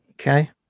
okay